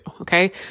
Okay